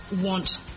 want